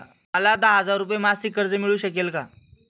मला दहा हजार रुपये मासिक कर्ज मिळू शकेल का?